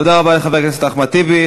תודה רבה לחבר הכנסת אחמד טיבי.